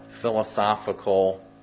philosophical